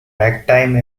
ragtime